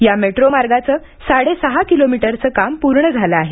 या मेट्रो मार्गाचं साडेसहा किलोमीटरचं काम पूर्ण झालं आहे